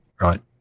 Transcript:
Right